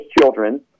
children